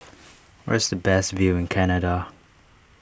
where is the best view in Canada